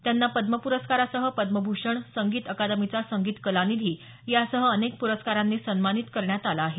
त्यांना पद्म पुरस्कारासह पद्मभूषण संगीत अकादमीचा संगीत कलानिधी यासह अनेक प्रस्कारांनी सन्मानित करण्यात आलं आहे